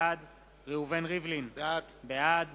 בעד ראובן ריבלין, בעד